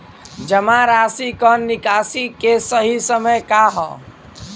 जमा राशि क निकासी के सही समय का ह?